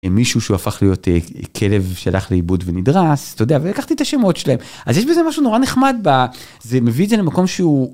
מישהו שהפך להיות כלב שלח לייבוד ונדרס תודה לקחתי את השמות שלהם אז יש בזה משהו נורא נחמד בזה מביא את זה למקום שהוא.